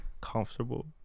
comfortable